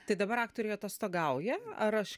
tai dabar aktoriai atostogauja ar aš